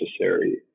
necessary